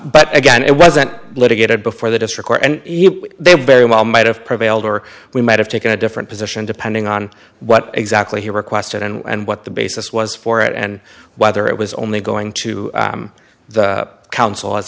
but again it wasn't litigated before the district court and they very well might have prevailed or we might have taken a different position depending on what exact he requested and what the basis was for it and whether it was only going to the council as